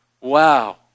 Wow